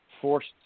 forced